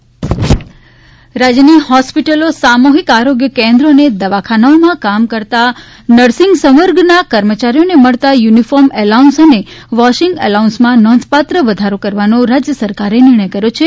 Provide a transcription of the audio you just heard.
uniform allowance રાજ્યની હોસ્પિટલો સામુહિક આરોગ્ય કેન્દ્રો અને દવાખાનાઓમાં કામ કરતાં નર્સિગ સંવર્ગના કર્મચારીઓને મળતાં યુનિફોર્મ એલાઉન્સ અને વોશિંગ એલાઉન્સમાં નોંધપાત્ર વધારો કરવાનો રાજ્ય સરકારે નિર્ણય કર્યો છે